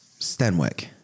Stenwick